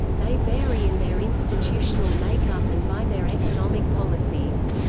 they vary in their institutional makeup and by their economic policies.